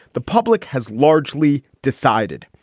the public has largely decided,